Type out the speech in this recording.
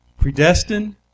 predestined